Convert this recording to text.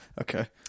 Okay